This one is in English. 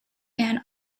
and